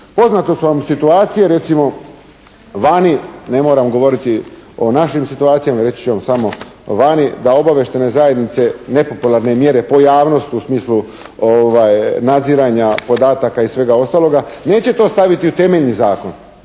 Poznate su vam situacije recimo, vani ne moram govoriti o našim situacijama. Reći ću vam samo vani da obavještajne zajednice nepopularne mjere po javnosti u smislu nadziranja podataka i svega ostaloga, neće to staviti u temeljni zakon,